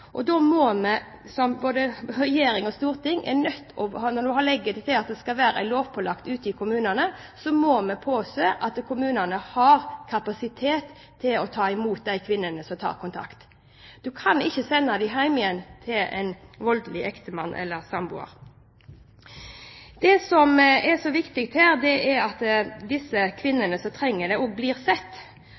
Da må både regjering og storting, som legger opp til at det skal være lovpålagt ute i kommunene, påse at kommunene har kapasitet til å ta imot de kvinnene som tar kontakt. Du kan ikke sende dem hjem igjen til en voldelig ektemann eller samboer. Det som er så viktig her, er at disse kvinnene som trenger det, også blir sett.